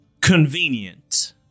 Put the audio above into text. convenient